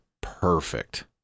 perfect